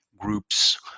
groups